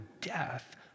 death